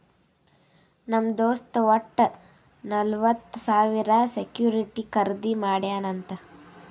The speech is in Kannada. ನಮ್ ದೋಸ್ತ್ ವಟ್ಟ ನಲ್ವತ್ ಸಾವಿರ ಸೆಕ್ಯೂರಿಟಿ ಖರ್ದಿ ಮಾಡ್ಯಾನ್ ಅಂತ್